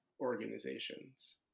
organizations